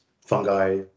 fungi